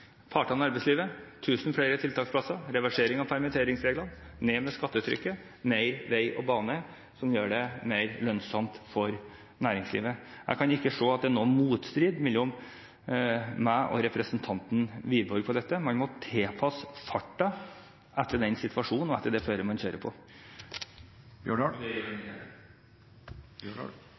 partene i arbeidslivet: 1000 flere tiltaksplasser, reversering av permitteringsreglene, ned med skattetrykket, mer vei og bane – som gjør det mer lønnsomt for næringslivet. Jeg kan ikke se at det er noen motstrid mellom meg og representanten Wiborg på dette. Man må tilpasse farten etter situasjonen og etter det føret man kjører på,